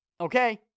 okay